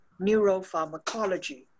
neuropharmacology